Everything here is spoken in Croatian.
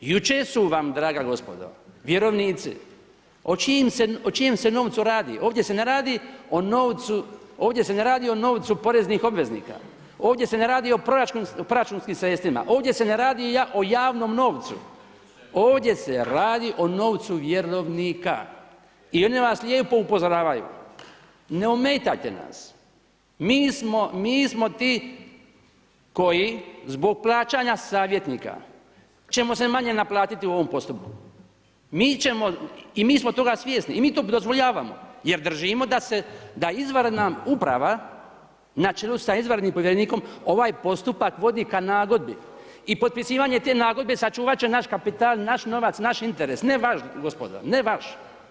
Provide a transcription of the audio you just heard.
Jučer su vam draga gospodo vjerovnici o čijem se novcu radi, ovdje se ne radi o novcu poreznih obveznika, ovdje se ne radi proračunskim sredstvima, ovdje se ne radi o javnom novcu, ovdje se radi o novcu vjerovnika i oni vas lijepo upozoravaju ne ometajte nas, mi smo to ti koji zbog plaćanja savjetnika ćemo se manje naplatiti u ovom postupku i mi smo toga svjesni i mi to dozvoljavamo jer držimo da izvanredna uprava na čelu sa izvanrednim povjerenikom ovaj postupak vodi k nagodbi i potpisivanje te nagodbe sačuvat će naš kapital, naš interes, ne vaš gospodo, ne vaš.